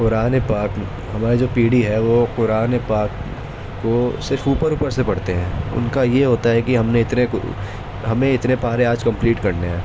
قرآن پاک ہماری جو پیڑھی ہے وہ قرآن پاک کو صرف اوپر اوپر سے پڑھتے ہیں ان کا یہ ہوتا ہے کہ ہم نے اتنے ہمیں اتنے پارے آج کمپلیٹ کرنے ہیں